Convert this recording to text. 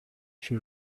she